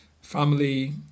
family